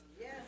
Yes